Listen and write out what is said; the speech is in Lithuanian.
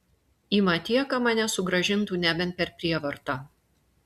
į matieką mane sugrąžintų nebent per prievartą